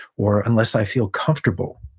or, unless i feel comfortable,